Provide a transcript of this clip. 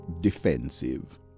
defensive